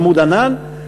"עמוד ענן",